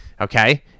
Okay